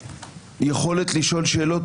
יכולת לשאול שאלות,